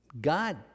God